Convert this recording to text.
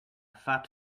fat